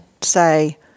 say